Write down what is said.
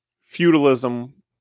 feudalism